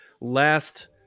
last